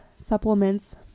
supplements